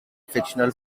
fictional